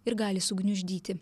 ir gali sugniuždyti